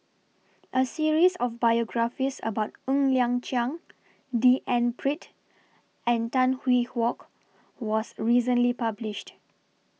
A series of biographies about Ng Liang Chiang D N Pritt and Tan Hwee Hock was recently published